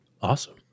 Awesome